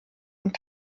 und